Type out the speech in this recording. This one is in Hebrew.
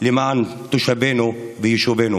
למען תושבינו ויישובינו